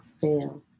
fail